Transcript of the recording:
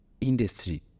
industry